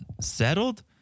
settled